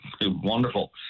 wonderful